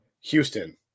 Houston